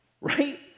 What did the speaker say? right